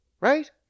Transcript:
right